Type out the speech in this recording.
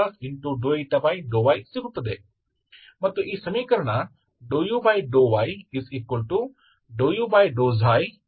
ಮತ್ತು ಈ ಸಮೀಕರಣ ∂u∂yu4∂u ಎಂದಾಗುತ್ತದೆ